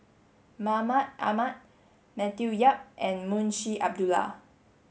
Mahmud Ahmad Matthew Yap and Munshi Abdullah